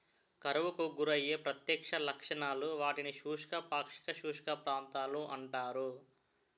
కరువుకు గురయ్యే ప్రత్యక్ష లక్షణాలు, వాటిని శుష్క, పాక్షిక శుష్క ప్రాంతాలు అంటారు